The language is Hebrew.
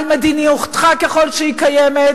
על מדיניותך ככל שהיא קיימת,